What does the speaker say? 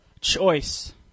choice